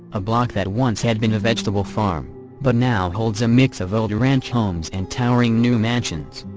a block that once had been a vegetable farm but now holds a mix of old ranch homes and towering new mansions.